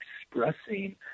expressing